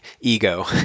ego